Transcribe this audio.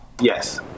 Yes